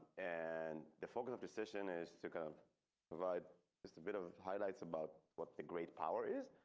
an the focus of decision is to kind of provide just a bit of highlights about what the great power is